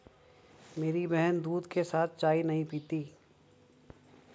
मेरी बहन दूध के साथ चाय नहीं पीती